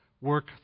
work